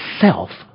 self